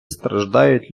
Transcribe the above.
страждають